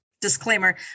disclaimer